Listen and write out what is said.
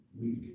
week